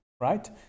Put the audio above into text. right